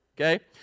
Okay